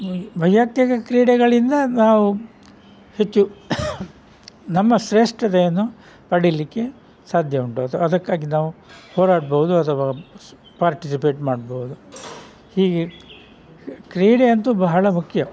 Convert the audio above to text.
ವೈಯಕ್ತಿಕ ಕ್ರೀಡೆಗಳಿಂದ ನಾವು ಹೆಚ್ಚು ನಮ್ಮ ಶ್ರೇಷ್ಠತೆಯನ್ನು ಪಡೀಲಿಕ್ಕೆ ಸಾಧ್ಯ ಉಂಟು ಅದಕ್ಕಾಗಿ ನಾವು ಹೋರಾಡ್ಬೋದು ಅಥವಾ ಪಾರ್ಟಿಸಿಪೇಟ್ ಮಾಡ್ಬೋದು ಹೀಗೆ ಕ್ರೀಡೆ ಅಂತೂ ಬಹಳ ಮುಖ್ಯ